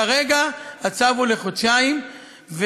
כרגע הצו הוא לחודשיים,